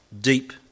deep